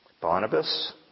Barnabas